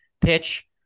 pitch